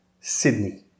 Sydney